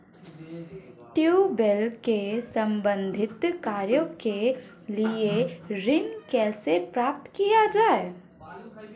Tubewell से संबंधित कार्य के लिए ऋण कैसे प्राप्त किया जाए?